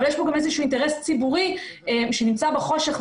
אבל יש גם אינטרס ציבורי שנמצא בחושך.